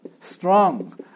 strong